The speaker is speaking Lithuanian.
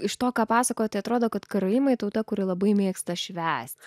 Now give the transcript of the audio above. iš to ką pasakoji tai atrodo kad karaimai tauta kuri labai mėgsta švęst